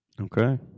Okay